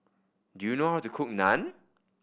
do you know how to cook Naan